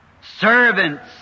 servants